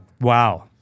Wow